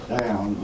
down